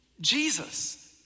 Jesus